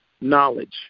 knowledge